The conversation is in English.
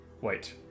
Wait